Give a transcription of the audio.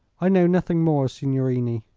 i know nothing more, signorini.